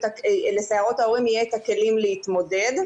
שלסיירות ההורים יהיה את הכלים להתמודד.